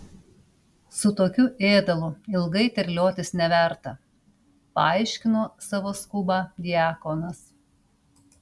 su tokiu ėdalu ilgai terliotis neverta paaiškino savo skubą diakonas